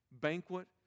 banquet